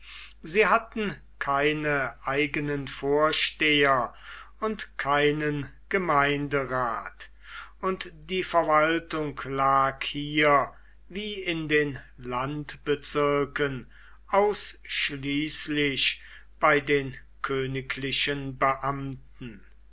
sie hatten keine eigenen vorsteher und keinen gemeinderat und die verwaltung lag hier wie in den landbezirken ausschließlich bei den königlichen beamten